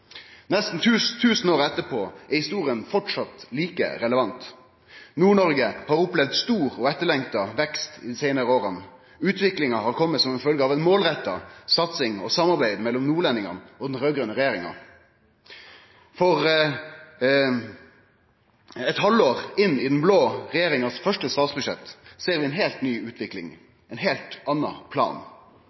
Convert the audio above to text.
Nesten tusen år etterpå er historia framleis like relevant. Nord-Noreg har opplevd stor og etterlengta vekst i dei seinare åra. Utviklinga har kome som ei følgje av ei målretta satsing og samarbeid mellom nordlendingane og den raud-grøne regjeringa. Eit halvår inne i den blå regjeringas først statsbudsjett ser vi ei heilt ny utvikling – ein heilt annan plan.